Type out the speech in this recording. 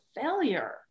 failure